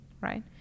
right